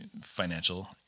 financial